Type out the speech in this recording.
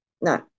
No